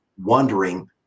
wondering